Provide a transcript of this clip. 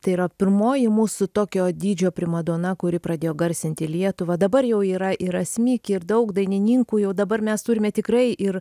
tai yra pirmoji mūsų tokio dydžio primadona kuri pradėjo garsinti lietuvą dabar jau yra ir asmik ir daug dainininkų jau dabar mes turime tikrai ir